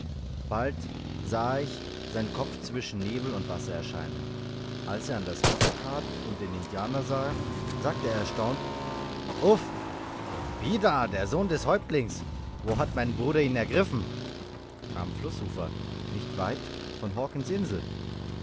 bald sah ich seinen kopf zwischen nebel und wasser erscheinen als er an das ufer trat und den indianer sah sagte er erstaunt uff pida der sohn des häuptlings wo hat mein bruder ihn ergriffen am flußufer nicht weit von hawkens insel